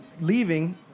leaving